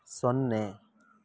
ಸೊನ್ನೆ